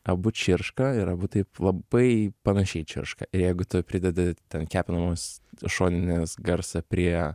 abu čirška ir abu taip labai panašiai čirška ir jeigu tu pridedi ten kepamos šoninės garsą prie